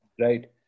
Right